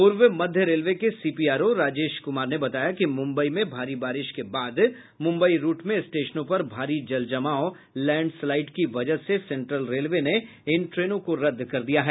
पूर्व मध्य रेलवे के सीपीआरओ राजेश कुमार ने बताया कि मुंबई में भारी बारिश के बाद मुंबई रूट में स्टेशनों पर भारी जलजमावलैंड स्लाईड की वजह से सेंट्रल रेलवे ने इन ट्रेनों को रद्द किया है